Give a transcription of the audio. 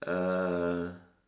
err